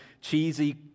cheesy